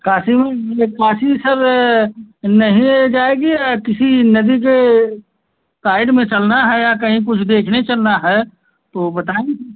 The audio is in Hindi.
काशी में ये काशी सर नहीं ये जाएगी किसी नदी के साइड में चलना है या कहीं कुछ देखने चलना है तो बताएँ फिर